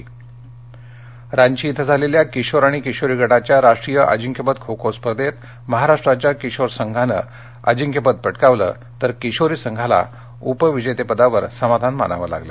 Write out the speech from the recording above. खो खो रांची इथं झालेल्या किशोर आणि किशोरी गटाच्या राष्ट्रीय अजिंक्यपद खो खो स्पर्धेत महाराष्ट्राच्या किशोर संघानं अजिंक्यपद पटकावलं तर किशोरी संघाला उपविजेतेपदावर समाधान मानावं लागलं